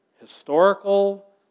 historical